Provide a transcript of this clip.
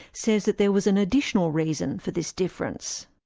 says that there was an additional reason for this difference.